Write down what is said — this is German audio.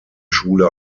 schule